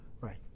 right